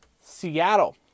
Seattle